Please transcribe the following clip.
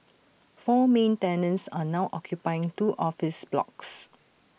four main tenants are now occupying two office blocks